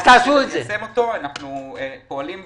ניישם אותו, אנחנו פועלים בנושא.